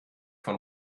von